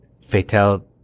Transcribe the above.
fatal